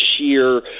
sheer